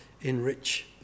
enrich